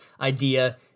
idea